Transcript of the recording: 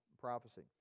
prophecy